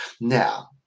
now